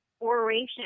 oration